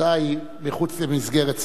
הודעה היא מחוץ למסגרת סדר-היום.